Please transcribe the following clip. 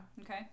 Okay